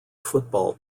football